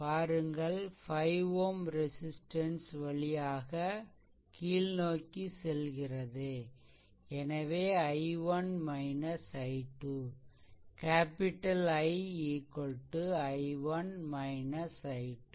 பாருங்கள் 5 Ω ரெசிஷ்ட்டன்ஸ் வழியாக கீழ்நோக்கி செல்கிறது எனவே i1 i2 capital I i1 i2